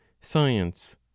science